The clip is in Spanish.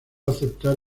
aceptar